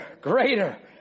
greater